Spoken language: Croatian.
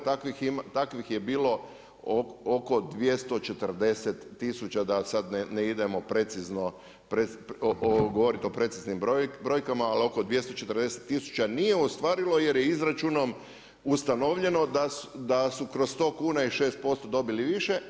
Takvih je bilo oko 240000 da sad ne idemo precizno, govorit o preciznim brojkama, ali oko 240000 nije ostvarilo jer je izračunom ustanovljeno da su kroz sto kuna i 6% dobili više.